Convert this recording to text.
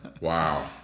Wow